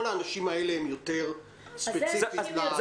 כל האנשים האלה יתייחסו יותר ספציפית לפולין.